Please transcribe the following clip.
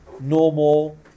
normal